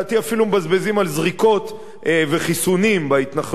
אפילו מבזבזים על זריקות וחיסונים בהתנחלויות,